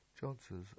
Johnson